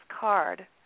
card